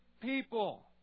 people